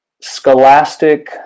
scholastic